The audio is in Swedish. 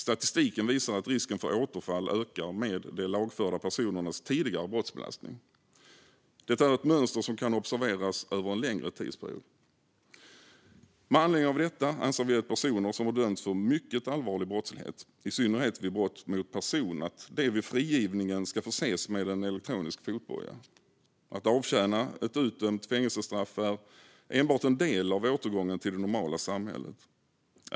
Statistik visar att risken för återfall ökar med de lagförda personernas tidigare brottsbelastning. Det är ett mönster som kan observeras över en längre tidsperiod. Med anledning av detta anser vi att personer som har dömts för mycket allvarlig brottslighet, i synnerhet vid brott mot person, vid frigivning ska förses med en elektronisk fotboja. Att avtjäna ett utdömt fängelsestraff är enbart en del av återgången till det normala samhället.